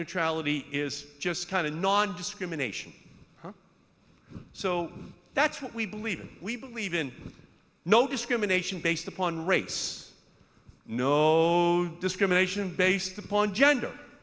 neutrality is just kind of nondiscrimination so that's what we believe in we believe in no discrimination based upon race no discrimination based upon gender